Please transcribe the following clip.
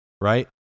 right